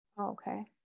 Okay